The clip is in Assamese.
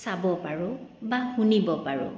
চাব পাৰোঁ বা শুনিব পাৰোঁ